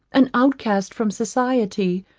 an outcast from society,